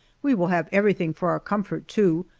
we will have everything for our comfort, too.